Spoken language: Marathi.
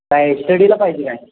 काय स्टडीला पाहिजे काय